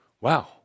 Wow